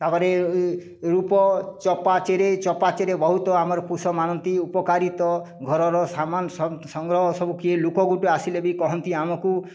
ତା'ପରେ ରୂପ ଚପାଚେରି ଚପାଚେରି ବହୁତ ଆମର ପୁଷ ମାନନ୍ତି ଉପକାରିତା ଘରର ସାମାନ୍ ସଂଗ୍ରହ ସବୁ କିଏ ଲୋକ ଗୁଟେ ଆସିଲେ ବି କହନ୍ତି ଆମକୁ